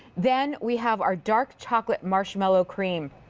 then we have our dark chocolate marshmallow cream.